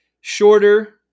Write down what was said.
shorter